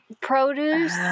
produce